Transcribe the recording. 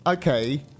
Okay